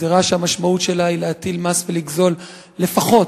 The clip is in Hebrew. גזירה שהמשמעות שלה היא להטיל מס ולגזול לפחות